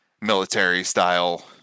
military-style